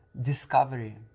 discovery